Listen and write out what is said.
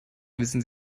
wissen